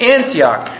Antioch